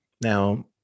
Now